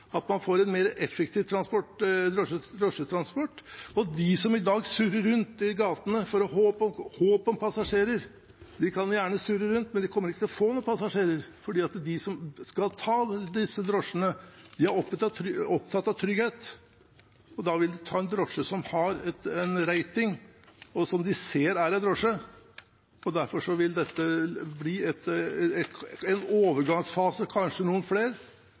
at man får en mer effektiv drosjetransport. De som i dag surrer rundt i gatene i håp om å få passasjerer, kan gjerne surre rundt, men de kommer ikke til å få noen passasjerer, for de som skal ta drosje, er opptatt av trygghet, og da vil de ta en drosje som har en rating, og som de ser er en drosje. Derfor vil det bli en overgangsfase – kanskje noen